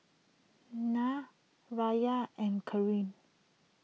Nat Riya and Corinne